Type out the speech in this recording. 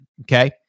Okay